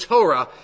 Torah